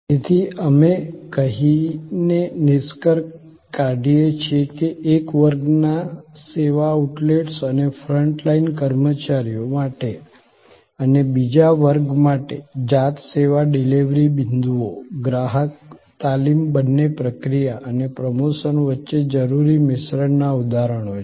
તેથી અમે કહીને નિષ્કર્ષ કાઢીએ છીએ કે એક વર્ગના સેવા આઉટલેટ્સ અને ફ્રન્ટ લાઇન કર્મચારીઓ માટે અને બીજા વર્ગ માટે જાત સેવા ડિલિવરી બિંદુઓ ગ્રાહક તાલીમ બંને પ્રક્રિયા અને પ્રમોશન વચ્ચે જરૂરી મિશ્રણના ઉદાહરણો છે